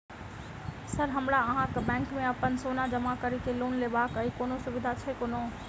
Sir हमरा अहाँक bank मे अप्पन सोना जमा करि केँ लोन लेबाक अई कोनो सुविधा छैय कोनो?